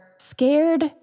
scared